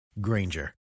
granger